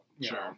Sure